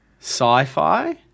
sci-fi